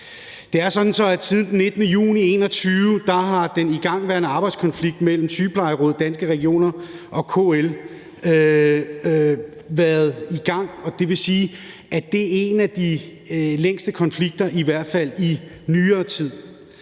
Det er sådan, at siden den 19. juni 2021 har den igangværende arbejdskonflikt mellem Dansk Sygeplejeråd, Danske Regioner og KL været i gang, og det vil sige, at det er en af de længste konflikter, i hvert